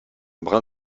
brin